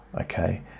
okay